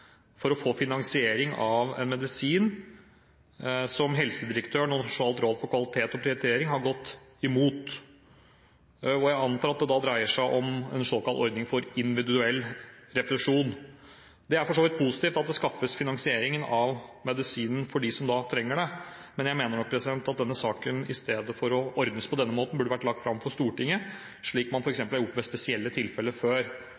for å få finansiering av en medisin som helsedirektøren og Nasjonalt råd for kvalitet og prioritering i helsetjenesten har gått imot. Jeg antar at det da dreier seg om en ordning for individuell refusjon. Det er for så vidt positivt at det skaffes finansiering av medisinen for dem som trenger det, men jeg mener at denne saken, i stedet for å bli ordnet på denne måten, burde vært lagt fram for Stortinget, slik man f.eks. har gjort i spesielle tilfeller før